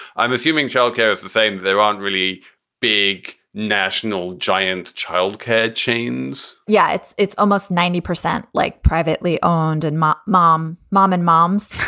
i'm assuming childcare is the same. there aren't really big national giant childcare chains yeah, it's it's almost ninety percent like privately owned. and my mom, mom and mom's.